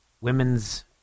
women's